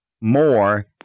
more